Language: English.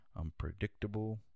unpredictable